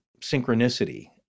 synchronicity